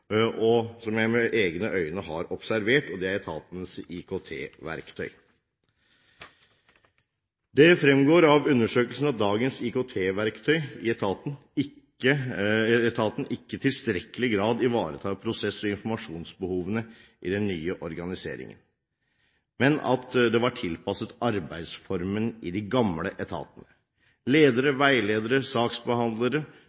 og som jeg med egne øyne har observert. Det er etatens IKT-verktøy. Det fremgår av undersøkelsen at dagens IKT-verktøy i etaten ikke i tilstrekkelig grad ivaretar prosess- og informasjonsbehovene i den nye organiseringen, men at det var tilpasset arbeidsformen i de gamle etatene.